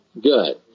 Good